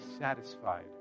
satisfied